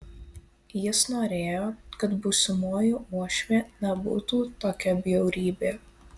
jis norėjo kad būsimoji uošvė nebūtų tokia bjaurybė